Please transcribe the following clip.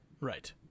Right